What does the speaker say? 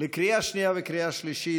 לקריאה שנייה וקריאה שלישית.